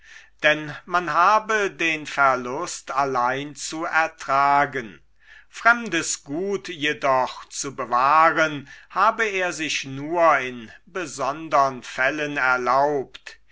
denn man habe den verlust allein zu ertragen fremdes gut jedoch zu bewahren habe er sich nur in besondern fällen erlaubt